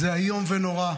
זה איום ונורא.